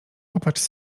popatrz